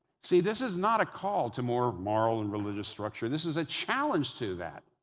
see, this is not a call to more moral and religious structure. this is a challenge to that.